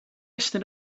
estyn